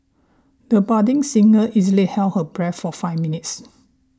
the budding singer easily held her breath for five minutes